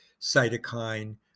cytokine